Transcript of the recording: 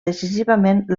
decisivament